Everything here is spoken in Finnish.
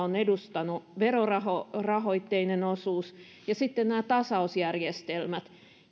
ovat edustaneet verorahoitteinen osuus ja nämä tasausjärjestelmät